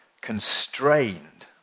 constrained